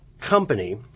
company